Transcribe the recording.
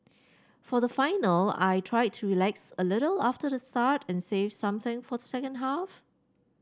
for the final I tried to relax a little after the start and save something for the second half